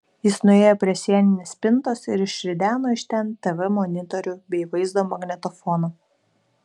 jis nuėjo prie sieninės spintos ir išrideno iš ten tv monitorių bei vaizdo magnetofoną